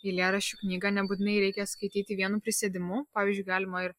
eilėraščių knygą nebūtinai reikia skaityti vienu prisėdimu pavyzdžiui galima ir